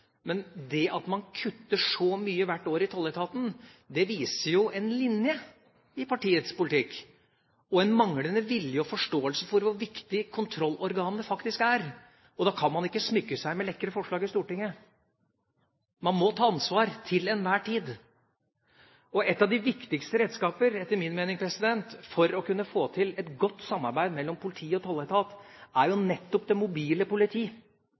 Men det at man kutter så mye hvert år i tolletaten, viser jo en linje i partiets politikk, en manglende vilje og forståelse for hvor viktig kontrollorganene faktisk er, og da kan man ikke smykke seg med lekre forslag i Stortinget. Man må ta ansvar til enhver tid. Et av de viktigste redskaper, etter min mening, for å kunne få til et godt samarbeid mellom politi og tolletat er jo nettopp det mobile